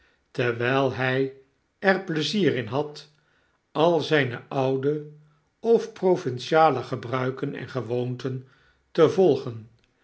terwyl hy er pleizier in had al zyne oude of provinciate gebruiken en gewoonten te volgen